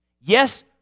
Yes